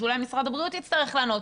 אז אולי משרד הבריאות יצטרך לענות,